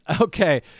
Okay